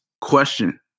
question